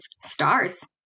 stars